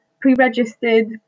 pre-registered